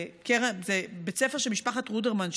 זה בית ספר של משפחת רודרמן,